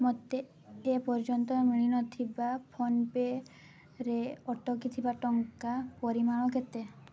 ମୋତେ ଏ ପର୍ଯ୍ୟନ୍ତ ମିଳି ନଥିବା ଫୋନ୍ପେ ରେ ଅଟକିଥିବା ଟଙ୍କା ପରିମାଣ କେତେ